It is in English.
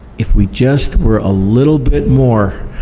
if we just were a little bit more.